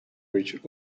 which